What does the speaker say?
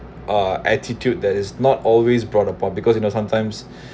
a attitude that is not always brought upon because you know sometimes